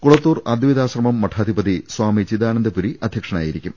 കുളത്തൂർ അദ്വൈ താശ്രമം മഠാധിപതി സ്വാമി ചിദാനന്ദപുരി അധൃക്ഷനായിരിക്കും